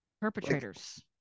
perpetrators